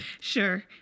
Sure